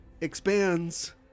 expands